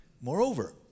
Moreover